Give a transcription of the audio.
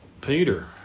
Peter